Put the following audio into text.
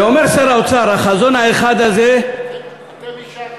ואומר שר האוצר: "החזון האחד הזה, אתם אישרתם.